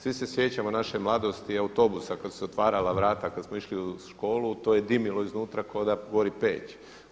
Svi se sjećamo naše mladosti i autobusa kada su se otvarala vrata kada smo išli u školu, to je dimilo iznutra ko da gori peć.